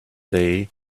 day